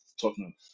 Tottenham